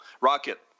Rocket